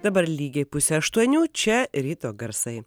dabar lygiai pusė aštuonių čia ryto garsai